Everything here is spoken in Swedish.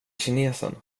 kinesen